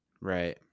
Right